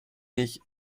nicht